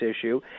issue